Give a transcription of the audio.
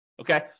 okay